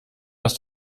was